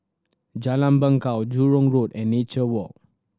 Jalan Bangau Jurong Road and Nature Walk